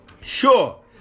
sure